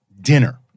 Dinner